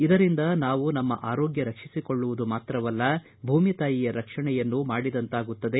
ಇದರಿಂದ ನಾವು ನಮ್ಮ ಆರೋಗ್ಯ ರಕ್ಷಿಸಿಕೊಳ್ಳುವುದು ಮಾತ್ರವಲ್ಲ ಭೂಮಿ ತಾಯಿಯ ರಕ್ಷಣೆಯನ್ನೂ ಮಾಡಿದಂತಾಗುತ್ತದೆ